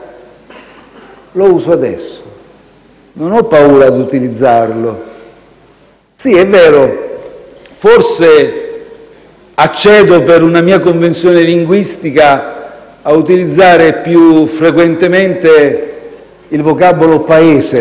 Lo uso adesso, non ho paura di utilizzarlo. Sì, è vero, forse, per una mia convenzione linguistica, accedo a utilizzare più frequentemente il vocabolo «Paese».